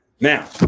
Now